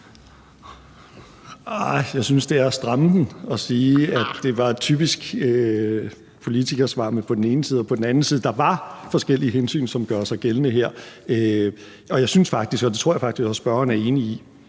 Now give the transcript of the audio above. Jeg synes, det er at stramme den at sige, at det var et typisk politikersvar med på den ene side og på den anden side. Der er forskellige hensyn, som gør sig gældende her. Jeg synes faktisk, og det tror jeg faktisk også spørgeren er enig i,